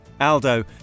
Aldo